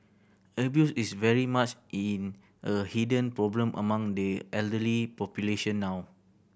abuse is very much in a hidden problem among the elderly population now